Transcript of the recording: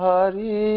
Hari